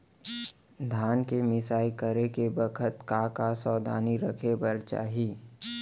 धान के मिसाई करे के बखत का का सावधानी रखें बर चाही?